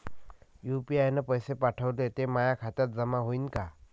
UPI न पैसे पाठवले, ते माया खात्यात जमा होईन का?